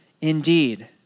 indeed